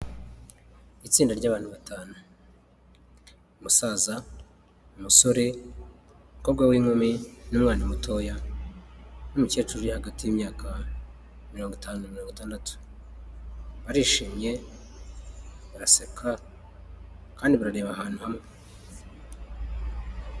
Itsinda ry'abantu batanu, umusaza, umusore, umukobwa w'inkumi n'umwana mutoya n'umukecuru uri hagati y'imyaka mirongo itanu mirongo itandatu, barishimye, baraseka kandi barareba ahantu hamwe.